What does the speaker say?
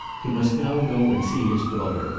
he must now go and see his daughter,